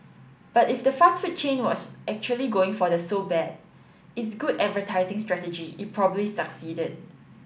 but if the fast food chain was actually going for the so bad it's good advertising strategy it probably succeeded